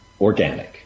organic